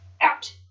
out